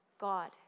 God